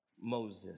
Moses